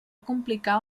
complicar